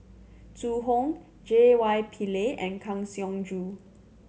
Zhu Hong J Y Pillay and Kang Siong Joo